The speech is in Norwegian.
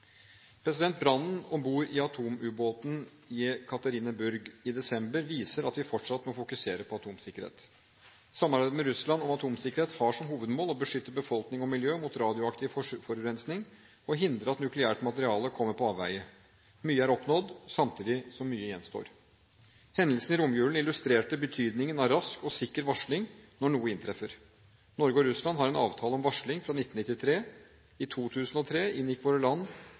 Brannen om bord på atomubåten «Jekaterinburg» i desember i fjor viser at vi fortsatt må fokusere på atomsikkerhet. Samarbeidet med Russland om atomsikkerhet har som hovedmål å beskytte befolkning og miljø mot radioaktiv forurensning og hindre at nukleært materiale kommer på avveier. Mye er oppnådd samtidig som mye gjenstår. Hendelsen i romjulen illustrerte betydningen av rask og sikker varsling når noe inntreffer. Norge og Russland har en avtale om varsling fra 1993. I 2003 inngikk våre land